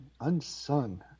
unsung